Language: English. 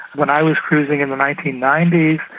when i was cruising in the nineteen ninety